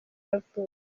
yavutse